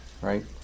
Right